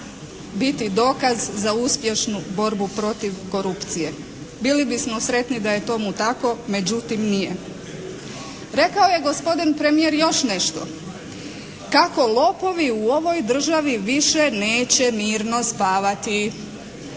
biti dokaz za uspješnu borbu protiv korupcije. Bili bismo sretni da je tomu tako, međutim nije. Rekao je gospodin premijer još nešto. Kako lopovi u ovoj državi više neće mirno spavati.